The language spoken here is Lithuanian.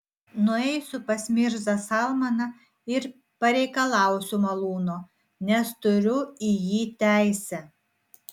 nueisiu pas mirzą salmaną ir pareikalausiu malūno nes turiu į jį teisę